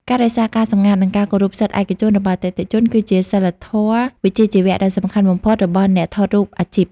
ការរក្សាការសម្ងាត់ និងការគោរពសិទ្ធិឯកជនរបស់អតិថិជន គឺជាសីលធម៌វិជ្ជាជីវៈដ៏សំខាន់បំផុតរបស់អ្នកថតរូបអាជីព។